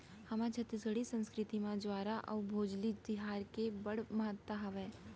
हमर छत्तीसगढ़ी संस्कृति म जंवारा अउ भोजली तिहार के बड़ महत्ता हावय